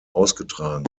ausgetragen